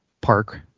Park